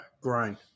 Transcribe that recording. grind